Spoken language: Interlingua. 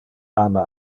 ama